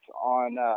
on –